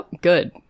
Good